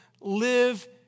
live